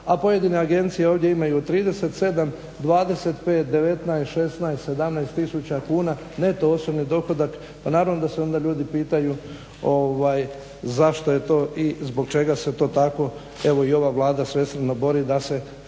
a pojedine agencije imaju ovdje 37, 25, 19, 16, 17 tisuća kuna neto osobni dohodak. Pa naravno da se onda ljudi pitaju zašto je to i zbog čega se to tako evo i ova Vlada svesrdno bori da ti